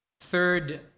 Third